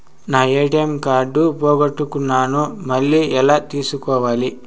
నా ATM card పోగొట్టుకున్నాను, మళ్ళీ ఎలా తీసుకోవాలి?